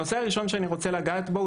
הנושא הראשון שאני רוצה לגעת בו,